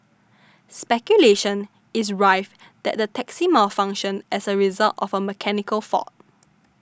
speculation is rife that the taxi malfunctioned as a result of a mechanical fault